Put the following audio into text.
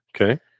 okay